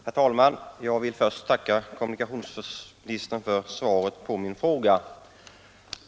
Herr talman! Jag vill först tacka kommunikationsministern för svaret på min fråga.